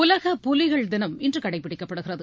உலக புலிகள் தினம் இன்று கடைபிடிக்கப்படுகிறது